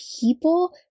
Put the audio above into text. people